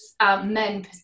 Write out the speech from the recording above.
Men